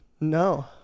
No